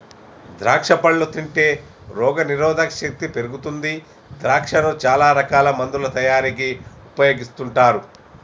ద్రాక్షా పండ్లు తింటే రోగ నిరోధక శక్తి పెరుగుతుంది ద్రాక్షను చాల రకాల మందుల తయారీకి ఉపయోగిస్తుంటారు